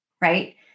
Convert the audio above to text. right